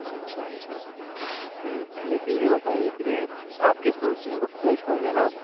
اچھا اچھا پہلے تو یہ بتائیے کہ آپ کے فروٹس جو ہیں وہ فریش ہوں گے نا